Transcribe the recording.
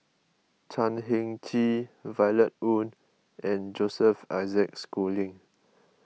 Chan Heng Chee Violet Oon and Joseph Isaac Schooling